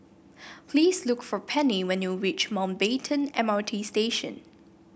please look for Pennie when you reach Mountbatten M R T Station